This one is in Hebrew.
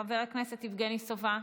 חבר הכנסת יבגני סובה,